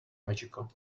magical